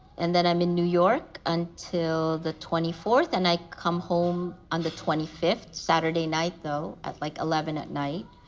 and then i'm in new york until the twenty fourth, and i come home on the twenty fifth, saturday night, though, at, like, eleven zero at night.